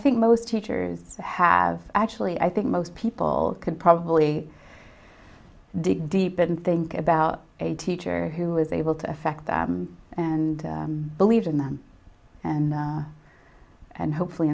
think most teachers have actually i think most people could probably dig deep in thinking about a teacher who was able to affect them and believe in them and and hopefully